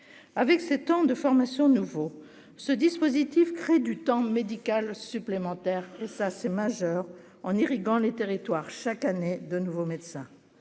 avec ces temps de formation nouveau ce dispositif crée du temps médical supplémentaire, ça c'est majeur en irriguant les territoires chaque année de nouveaux médecins